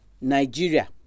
Nigeria